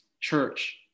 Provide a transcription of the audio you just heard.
church